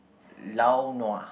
lao nua